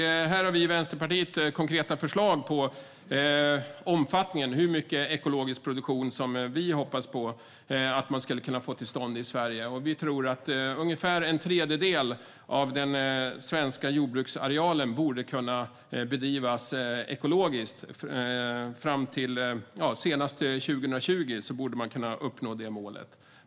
Här har vi i Vänsterpartiet konkreta förslag på omfattningen - hur mycket ekologisk produktion vi hoppas på att man skulle kunna få till stånd i Sverige. Vi tror att ungefär en tredjedel av den svenska jordbruksarealen borde kunna bedrivas ekologiskt. Fram till senast 2020 borde man kunna uppnå detta mål.